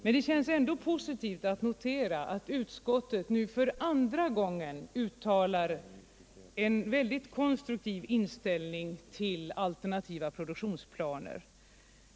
Men det känns ändå positivt att kunna notera att utskottet nu för andra gången uttalar en väldigt konstruktiv inställning till alternativa produktionsplaner.